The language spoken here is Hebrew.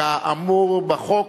כאמור בחוק,